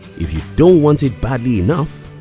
if you don't want it badly enough,